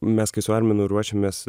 mes kai su arminu ruošiamės